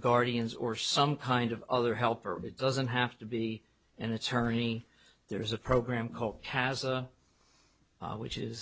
guardians or some kind of other helper it doesn't have to be an attorney there's a program called hazza which is